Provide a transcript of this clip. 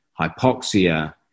hypoxia